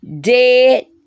dead